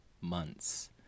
months